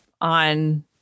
on